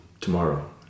tomorrow